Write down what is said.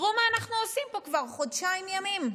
תראו מה אנחנו עושים פה כבר חודשיים ימים,